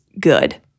good